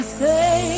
say